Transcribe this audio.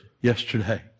yesterday